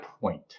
point